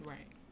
Right